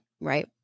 right